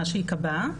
מה שייקבע,